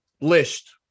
list